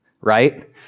right